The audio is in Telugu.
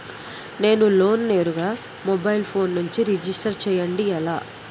నేను లోన్ నేరుగా మొబైల్ ఫోన్ నుంచి రిజిస్టర్ చేయండి ఎలా?